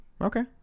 Okay